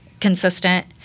consistent